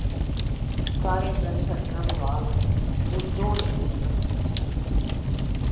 साढ़े इद्धर सच्चें गै बूरा हाल ऐ पुच्छो गै निं तुस